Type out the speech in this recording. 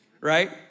right